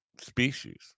species